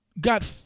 got